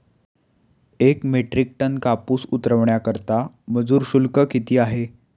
एक metric ton कापूस उतरवण्याकरता मजूर शुल्क किती आहे?